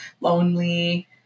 lonely